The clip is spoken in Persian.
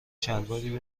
شلواری